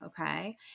okay